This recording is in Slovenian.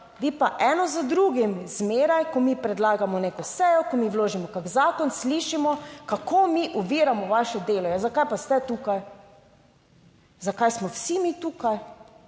vi pa eno za drugim. Zmeraj, ko mi predlagamo neko sejo, ko mi vložimo kak zakon, slišimo, kako mi oviramo vaše delo. Ja, zakaj pa ste tukaj? Zakaj smo vsi mi tukaj,